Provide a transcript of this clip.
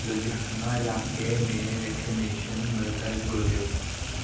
लुधियाना इलाइक़े में वैक्सनेशन मर्कज़ ॻोल्हियो